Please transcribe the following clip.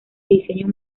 diseño